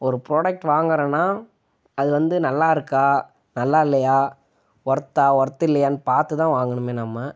ஒரு ப்ரொடெக்ட் வாங்கிறோம்னா அது வந்து நல்லாயிருக்கா நல்லா இல்லையா ஒர்த்தா ஒர்த் இல்லையான்னு பார்த்து தான் வாங்கணுமே நம்ம